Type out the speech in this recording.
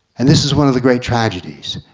and this is one of the great tragedies,